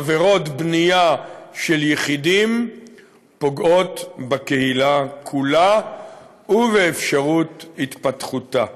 עבירות בנייה של יחידים פוגעות בקהילה כולה ובאפשרות התפתחותה,